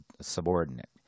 subordinate